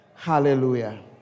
Hallelujah